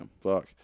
Fuck